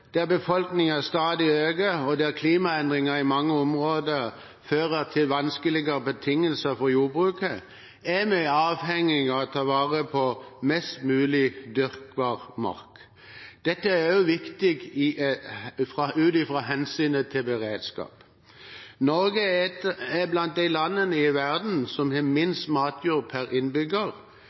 stadig øker, og der klimaendringer i mange områder fører til vanskeligere betingelser for jordbruket, er vi avhengige av å ta vare på mest mulig dyrkbar mark. Dette er også viktig ut fra hensynet til beredskap. Norge er blant de landene i verden som har minst matjord per innbygger,